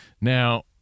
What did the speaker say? now